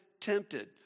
tempted